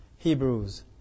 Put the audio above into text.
Hebrews